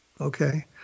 Okay